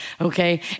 okay